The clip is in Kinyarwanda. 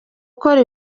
ukora